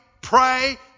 pray